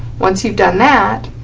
once you've done that,